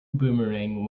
boomerang